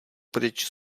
pryč